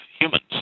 humans